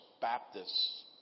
Baptists